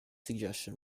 suggestion